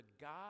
God